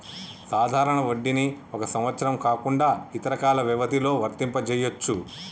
సాధారణ వడ్డీని ఒక సంవత్సరం కాకుండా ఇతర కాల వ్యవధిలో వర్తింపజెయ్యొచ్చు